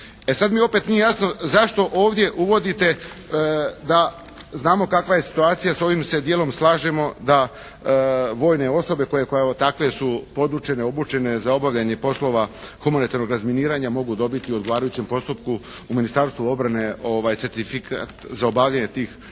E sad mi opet nije jasno zašto ovdje uvodite znamo kakva je situacija. S ovim se dijelom slažemo da vojne osobe koje evo takve su podučene, obučene za obavljanje poslova humanitarnog razminiranja mogu dobiti u odgovarajućem postupku u Ministarstvu obrane certifikat za obavljanje tih poslova.